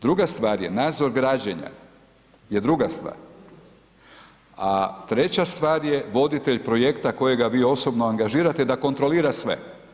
Druga stvar je, nadzor građenja, je druga stvar a treća stvar je voditelj projekta kojeg vi osobno angažirate da kontrolira sve.